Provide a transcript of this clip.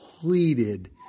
pleaded